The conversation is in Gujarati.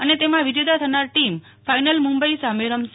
અને તેમાં વિજેતા થનાર ટિમ ફાઇનલ મુંબઇ સામે રમશે